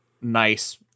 nice